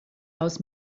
aus